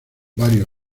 varios